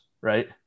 right